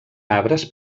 arbres